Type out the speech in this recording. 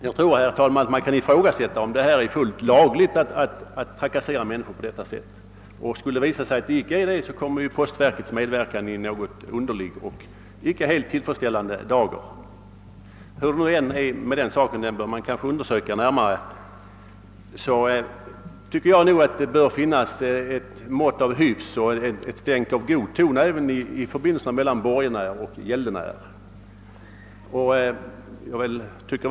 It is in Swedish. Jag tror att man kan ifrågasätta om det är lagligt att trakassera människor på detta sätt. Skulle det visa sig att det inte är det kommer postverkets medverkan i en underlig och icke helt tillfredsställande dager. Frågan om lagligheten kanske bör undersökas närmare, men hur det än förhåller sig därmed bör det finnas ett mått av hyfs och ett stänk av god ton i förbindelserna mellan borgenärer och gäldenärer.